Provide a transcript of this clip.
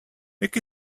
rick